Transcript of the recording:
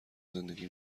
زندگی